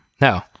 No